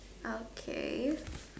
okay